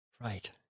Right